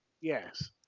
Yes